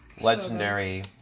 Legendary